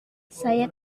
saya